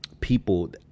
people